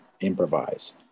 improvise